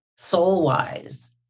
Soul-wise